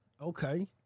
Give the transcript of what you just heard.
Okay